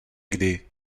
kdy